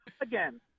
Again